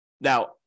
Now